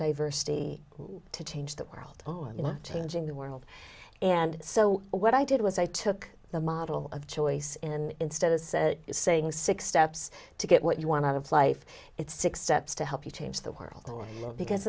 diversity to change the world oh you know changing the world and so what i did was i took the model of choice and instead of saying six steps to get what you want out of life it's six steps to help you change the world because